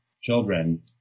children